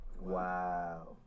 Wow